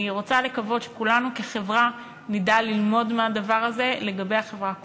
אני רוצה לקוות שכולנו כחברה נדע ללמוד מהדבר הזה לגבי החברה כולה.